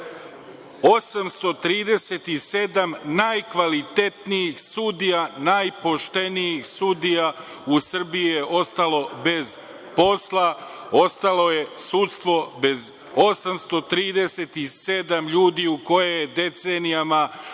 837 najkvalitetnijih sudija, najpoštenijih sudija u Srbiji je ostalo bez posla, ostalo je sudstvo bez 837 ljudi u koje je decenijama ulagano,